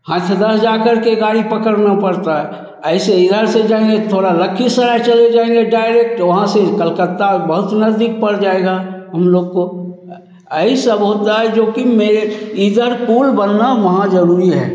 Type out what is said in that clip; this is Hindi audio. हथरस जा करके गाड़ी पकड़ना पड़ता है ऐसे इधर से जाएँगे तो थोड़ा लखीसराय चले जाएँगे डायरेक्ट वहाँ से कलकत्ता बहुत नज़दीक पड़ जाएगा हम लोग को आइ सब होता है जोकि मेरे इधर पुल बनना महा ज़रूरी है